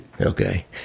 Okay